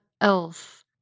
else